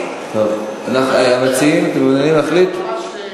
המציעים, אתם מעוניינים להחליט?